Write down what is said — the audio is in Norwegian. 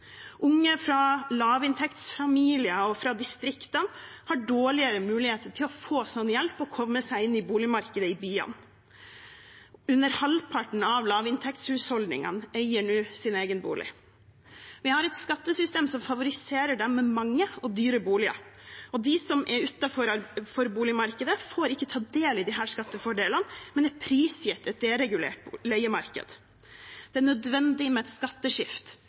Unge fra lavinntektsfamilier og fra distriktene har dårligere mulighet til å få slik hjelp og komme seg inn i boligmarkedet i byene. Under halvparten av lavinntektshusholdningene eier nå sin egen bolig. Vi har et skattesystem som favoriserer dem med mange og dyre boliger. De som er utenfor boligmarkedet, får ikke ta del i disse skattefordelene, men er prisgitt et deregulert leiemarked. Det er nødvendig med et skatteskift